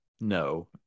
no